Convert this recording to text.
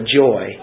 joy